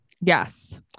Yes